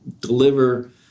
deliver